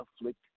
afflict